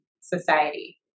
society